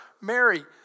Mary